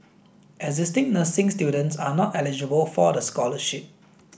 existing nursing students are not eligible for the scholarship